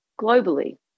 globally